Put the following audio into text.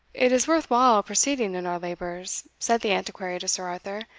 it is worth while proceeding in our labours, said the antiquary to sir arthur,